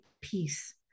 peace